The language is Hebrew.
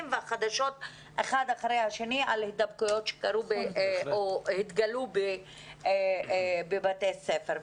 והחדשות על הידבקויות שקרו או התגלו בבתי הספר .